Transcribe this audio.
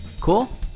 Cool